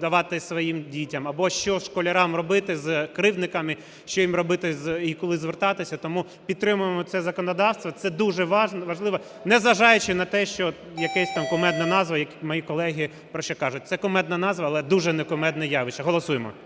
давати своїм дітям, або що школярам робити з кривдниками, що їм робити і куди звертатися. Тому підтримуємо це законодавство. Це дуже важливо, незважаючи на те, що якась там кумедна назва, і мої колеги про що кажуть. Ця кумедна назва, але дуже не кумедне явище. Голосуємо!